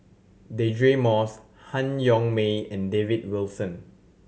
Deirdre Moss Han Yong May and David Wilson